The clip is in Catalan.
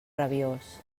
rabiós